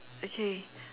okay